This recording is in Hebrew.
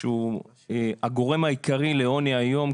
זה הגורם העיקרי לעוני היום,